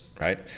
right